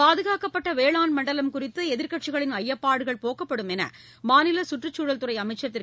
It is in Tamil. பாதுகாக்கப்பட்ட வேளாண் மண்டலம் குறித்து எதிர்க்கட்சிகளின் ஐயப்பாடு போக்கப்படும் என்று மாநில சுற்றுச்சூழல் துறை அமைச்சர் திரு